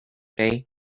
day